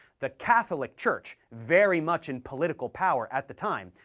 the catholic church, very much in political power at the time,